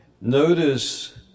notice